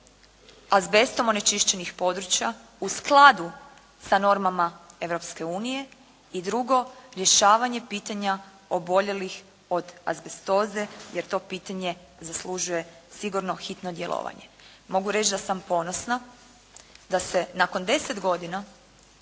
azbestom onečišćenih područja u skladu sa normama Europske unije. I drugo, rješavanje pitanja oboljelih od azbestoze jer to pitanje zaslužuje sigurno hitno djelovanje. Mogu reći da sam ponosna da se nakon deset godina